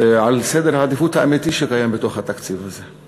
של סדר העדיפויות האמיתי שקיים בתוך התקציב הזה.